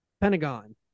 Pentagon